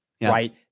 right